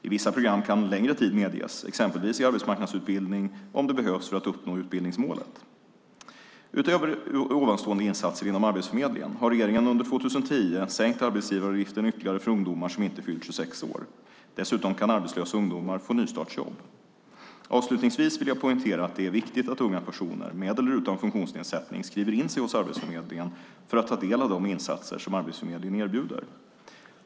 I vissa program kan längre tid medges, exempelvis i arbetsmarknadsutbildning om det behövs för att uppnå utbildningsmålet. Utöver ovanstående insatser inom Arbetsförmedlingen har regeringen under 2010 sänkt arbetsgivaravgiften ytterligare för ungdomar som inte fyllt 26 år. Dessutom kan arbetslösa ungdomar få nystartsjobb. Avslutningsvis vill jag poängtera att det är viktigt att unga personer, med eller utan funktionsnedsättning, skriver in sig hos Arbetsförmedlingen för att ta del av de insatser som Arbetsförmedlingen erbjuder.